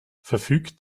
verfügt